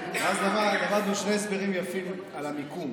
ואז למדנו שני הסברים יפים על המיקום,